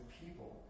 people